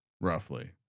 roughly